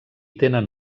tenen